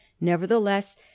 nevertheless